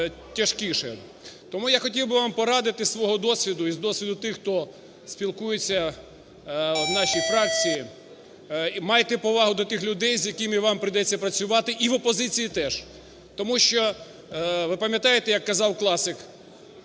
Тому я хотів би вам порадити із свого досвіду і з досвіду тих, хто спілкується у нашій фракції: майте повагу до тих людей, з якими вам прийдеться працювати, і в опозиції теж. Тому що ви пам'ятаєте, як казав класик,